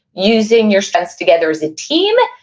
using your strengths together as a team,